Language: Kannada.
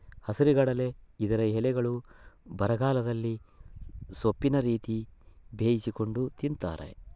ಹಸಿರುಗಡಲೆ ಇದರ ಎಲೆಗಳ್ನ್ನು ಬರಗಾಲದಲ್ಲಿ ಸೊಪ್ಪಿನ ರೀತಿ ಬೇಯಿಸಿಕೊಂಡು ತಿಂತಾರೆ